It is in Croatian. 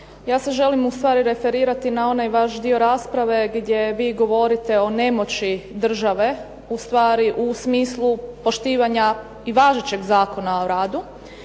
ja se želim ustvari referirati na onaj vaš dio rasprave gdje vi govorite o nemoći države, ustvari u smislu poštivanja i važećeg Zakona o radu.